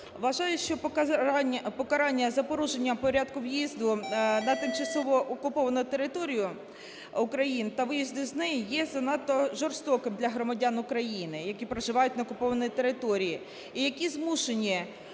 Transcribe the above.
Вважаю, що покарання за порушення порядку в'їзду на тимчасово окуповану територію України та виїзд з неї є занадто жорстоким для громадян України, які проживають на окупованій території і які змушені